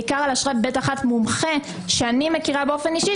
בעיקר על אשרות ב1 מומחה שאני מכירה באופן אישי,